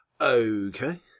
Okay